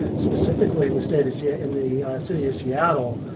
specifically in the state of ca in the city of seattle,